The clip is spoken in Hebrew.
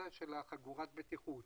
חגורת הבטיחות